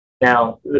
Now